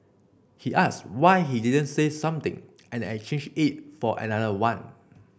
he asked why he didn't say something and exchange it for another one